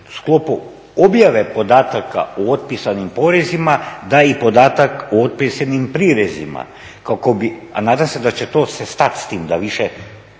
sklopu objave podataka o otpisanim porezima da i podatak o otpisanim prirezima kako bi, a nadam se da će to se stat s tim da više,